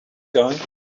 guy